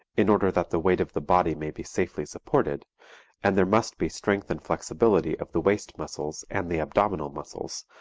in order that the weight of the body may be safely supported and there must be strength and flexibility of the waist muscles and the abdominal muscles,